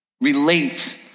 relate